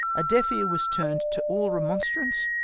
a deaf ear was turned to all remonstrance,